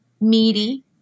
meaty